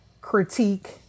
critique